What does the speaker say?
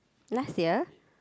last year